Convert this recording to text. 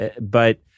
but-